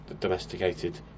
domesticated